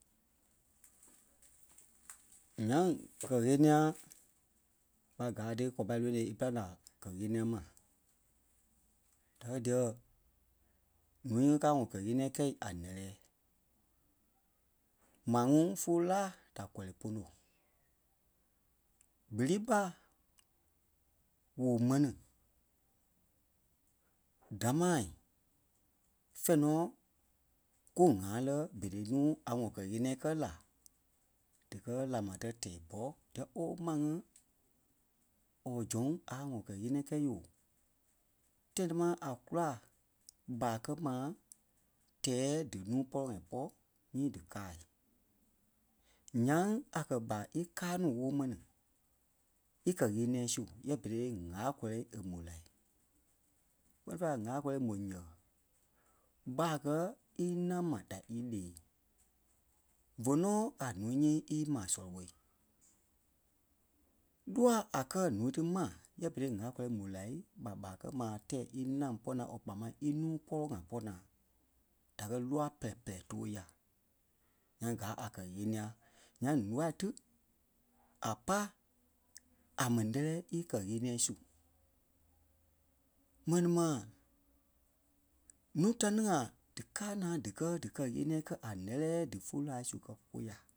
Ńyaŋ kɛ́ ɣeniɛi ɓa káa tí kwa pâi lónoi é pîlaŋ la kɛ́ ɣeniɛi ma. Da kɛ́ diɛ nuui ŋí káa wɔ̂ kɛ́ ɣeniɛi kɛ̂i a nɛ̂lɛɛ. Maa ŋuŋ vóloi láa da kɔlɔi póno. Berei ɓa ŋ̀óo m̀ɛnii damaa fɛ̃ɛ nɔ́ kú ŋ̀aa lɛ́ berei núu a wɔ̂ kɛ̀ ɣeniɛi kɛ́ la díkɛ láa maa tɛ́ tɛɛ ɓɔ́ dîɛ ooo máŋ ŋí or Zɔ̂ŋ a wɔ̂ kɛ̀ ɣeniɛi kɛ́ yoooo. Tãi tamaa a kùla ɓa kɛ́ ma tɛɛ dínuu pɔlɔ-ŋai pɔ́ nyii dí kaâi. Nýaŋ a kɛ́ ɓa íkaa nuu wóo mɛni íkɛ ɣeniɛi su yɛ̂ berei ŋ̀âla-kɔlɔi é mó la kpɛ́ni fêi la ŋâla-kɔlɔi é mó yɛ̀ ɓâa kɛ́ ínâŋ ma da ílee fé nɔ́ a núu nyii ímaa sɔlɔ ɓô. Lûwa a kɛ́ núu tí mai nyɛɛ berei ŋ̀âla-kɔlɔi é mó la ɓa ɓâa kɛ́ ma tɛɛ ínâŋ pɔ́ naa or kpaa máŋ é núu pɔlɔ-ŋai pɔ́ naa da kɛ́ lûwa pɛpɛlɛɛ too ya, nyaŋ káa a kɛ́ ɣeniɛi. Ńyaŋ lúwa tí a pai a mɛni lɛ́lɛɛ é kɛ́ ɣeniɛi su. M̀ɛnii ma nuu tá ŋai díkaa naa díkɛ dí kɛ́ ɣeniɛi kɛ́ a nɛ́lɛɛ dífulu láa su kɛ́ kôya